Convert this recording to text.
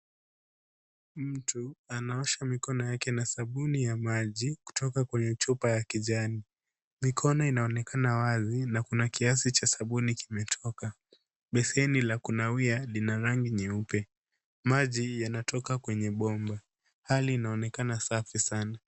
Mtu anaosha mikono yake na sabuni ya maji kutoka kwenye chupa ya kijani, mikono inaonekana wazi na kuna kiiasi cha sabuni kimetoka. Besheni la kunawia lina rangi nyeupe, maji yanatoka kwenye bomba. Hali inaonekana safi sana.